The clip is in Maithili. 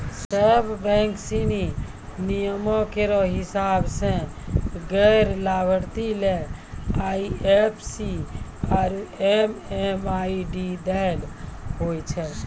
सब बैंक सिनी नियमो केरो हिसाब सें गैर लाभार्थी ले आई एफ सी आरु एम.एम.आई.डी दै ल होय छै